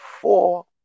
four